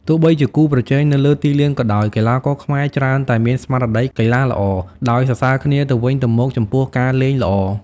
ទោះបីជាគូប្រជែងនៅលើទីលានក៏ដោយ កីឡាករខ្មែរច្រើនតែមានស្មារតីកីឡាល្អ ដោយសរសើរគ្នាទៅវិញទៅមកចំពោះការលេងល្អ។